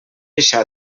això